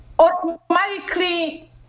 automatically